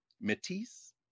Matisse